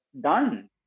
done